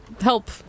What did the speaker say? help